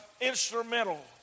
instrumental